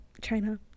China